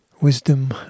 Wisdom